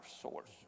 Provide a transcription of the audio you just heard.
source